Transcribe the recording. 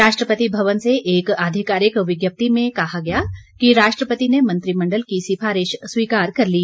राष्ट्रपति भवन से एक आधिकारिक विज्ञप्ति में कहा गया कि राष्ट्रपति ने मंत्रिमंडल की सिफारिश स्वीकार कर ली